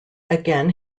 again